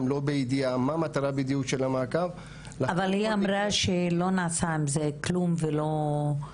במידה ומגיעה מישהי למשטרה,